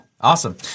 Awesome